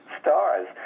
stars